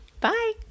bye